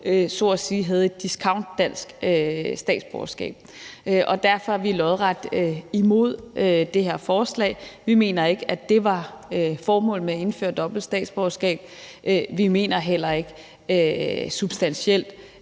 så at sige havde et discountstatsborgerskab. Derfor er vi lodret imod det her forslag. Vi mener ikke, at det var formålet med at indføre dobbelt statsborgerskab. Jeg mener heller ikke substantielt,